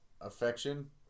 affection